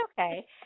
okay